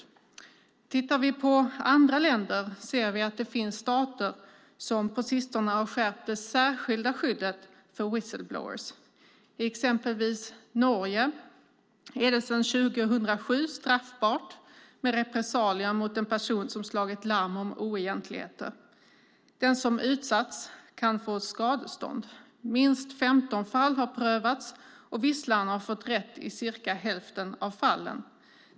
Om vi tittar på andra länder ser vi att det finns stater som på sistone har skärpt det särskilda skyddet för whistle-blowers. I exempelvis Norge är det sedan 2007 straffbart med repressalier mot en person som slagit larm om oegentligheter. Den som utsatts kan få skadestånd. Minst 15 fall har prövats, och visslaren har fått rätt i cirka hälften av fallen.